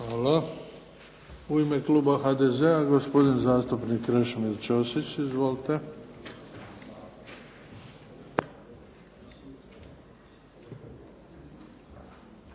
Hvala. U ime kluba IDS-a gospodin zastupnik Damir Kajin. Izvolite.